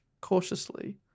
cautiously